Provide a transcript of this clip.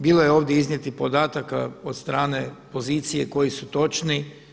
Bilo je ovdje iznijetih podataka od strane pozicije koji su točni.